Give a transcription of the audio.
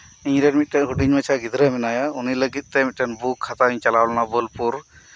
ᱤᱧᱨᱮᱱ ᱢᱤᱫᱽᱴᱮᱱ ᱦᱩᱰᱤᱧ ᱢᱟᱪᱷᱟ ᱜᱤᱫᱽᱨᱟᱹ ᱢᱮᱱᱟᱭᱟ ᱩᱱᱤ ᱞᱟᱹᱜᱤᱫᱽᱛᱮ ᱢᱤᱫᱽᱴᱮᱱ ᱵᱩᱠ ᱦᱟᱛᱟᱣᱤᱧ ᱪᱟᱞᱟᱣ ᱞᱮᱱᱟ ᱵᱳᱞᱯᱩᱨ